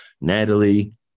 Natalie